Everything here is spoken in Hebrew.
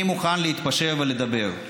אני מוכן להתפשר ולדבר.